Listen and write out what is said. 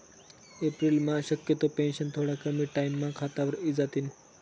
एप्रिलम्हा शक्यतो पेंशन थोडा कमी टाईमम्हा खातावर इजातीन